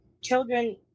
children